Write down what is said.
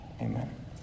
Amen